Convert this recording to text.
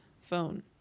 phone